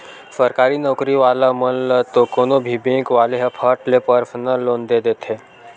सरकारी नउकरी वाला मन ल तो कोनो भी बेंक वाले ह फट ले परसनल लोन दे देथे